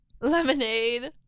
lemonade